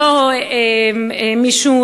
לא מישהו,